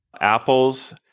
Apple's